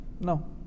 No